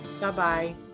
Bye-bye